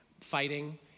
fighting